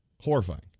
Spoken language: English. Horrifying